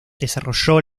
desarrolló